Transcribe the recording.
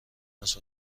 است